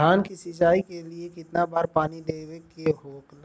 धान की सिंचाई के लिए कितना बार पानी देवल के होखेला?